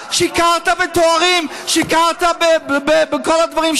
חבר הכנסת לפיד, זה לא הגון ולא מכובד.